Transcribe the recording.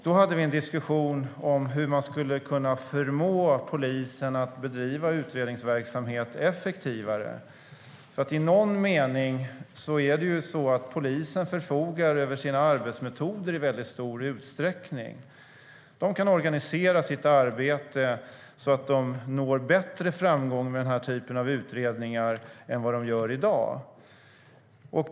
Vi hade en diskussion om hur man skulle kunna förmå polisen att bedriva utredningsverksamhet effektivare. I någon mening är det ju så att polisen förfogar över sina arbetsmetoder i väldigt stor utsträckning. De kan organisera sitt arbete så att de når bättre framgång vid den här typen av utredningar än vad de gör i dag.